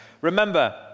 Remember